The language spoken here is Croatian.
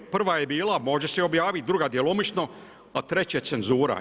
Prva je bila, može se objaviti, druga djelomično, a treće cenzura.